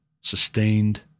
sustained